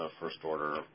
first-order